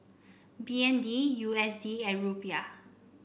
B N D U S D and Rupiah